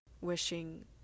wishing